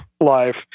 life